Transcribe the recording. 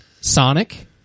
Sonic